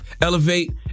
elevate